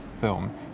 film